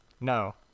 no